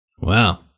Wow